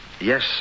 Yes